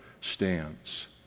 stands